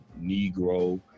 Negro